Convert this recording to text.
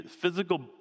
physical